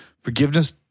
Forgiveness